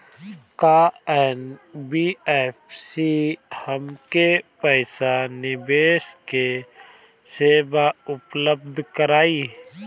का एन.बी.एफ.सी हमके पईसा निवेश के सेवा उपलब्ध कराई?